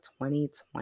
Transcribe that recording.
2020